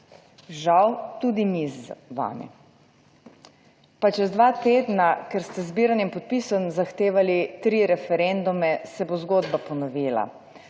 žal, tudi mi z vami. Pa čez dva tedna, ker ste z zbiranjem podpisov zahtevali tri referendume, se bo zgodba ponovila.